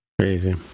Crazy